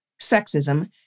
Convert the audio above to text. sexism